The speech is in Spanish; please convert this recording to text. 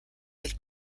del